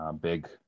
Big